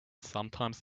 sometimes